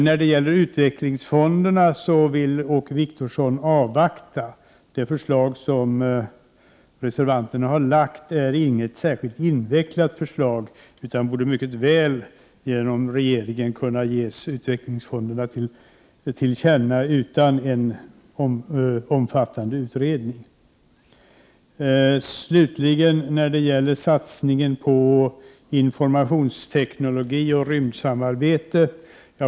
När det gäller utvecklingsfonderna vill Åke Wictorsson avvakta. Det förslag som reservanterna lagt fram är inte särskilt invecklat. Det borde mycket väl genom regeringen kunna ges utvecklingsfonderna till känna, utan en omfattande utredning. Slutligen vill jag ta upp satsningen på informationsteknologi och rymdsamarbete.